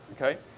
Okay